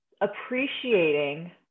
appreciating